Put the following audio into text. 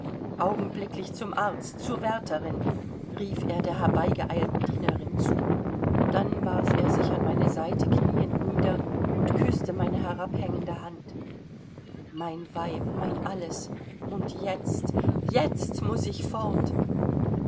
augenblicklich zum arzt zur wärterin rief er der herbeigeeilten dienerin zu dann warf er sich an meine seite knieend nieder und küßte meine herabhängende hand mein weib mein alles und jetzt jetzt muß ich fort